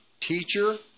Teacher